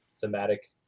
thematic